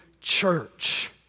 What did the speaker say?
church